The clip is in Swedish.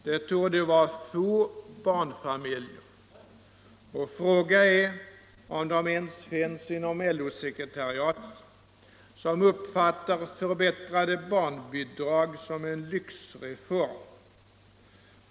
Det torde vara få barnfamiljer —- fråga är om de ens finns inom LO-sekretariatet — som uppfattar för bättrade barnbidrag såsom en lyxreform.